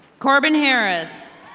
corbin herez.